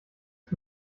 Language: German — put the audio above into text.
ist